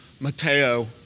Mateo